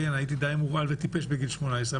הייתי די מורעל וטיפש בגיל 18,